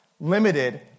limited